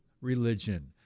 religion